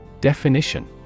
Definition